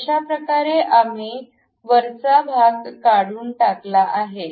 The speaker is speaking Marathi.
तर अशाप्रकारे आम्ही वरचा भाग काढून टाकला आहे